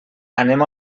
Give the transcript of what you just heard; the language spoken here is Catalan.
anem